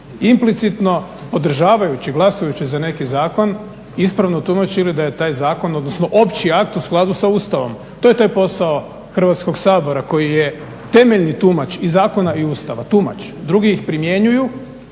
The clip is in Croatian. implicitno podržavajući, glasajući za neki zakon ispravno tumačili da je taj zakon odnosno opći akt u skladu sa Ustavom. To je taj posao Hrvatskog sabora koji je temeljni tumač i zakona i Ustava, tumač. Drugi ih primjenjuju